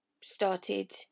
started